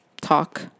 talk